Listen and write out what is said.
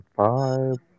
five